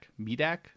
medak